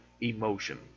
emotion